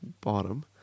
bottom